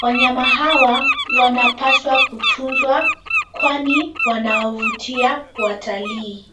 ,wanyama hawa wanapaswa kutunzwa kwani wana wavutia watalii.